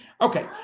Okay